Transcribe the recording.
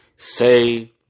Say